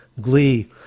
glee